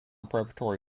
preparatory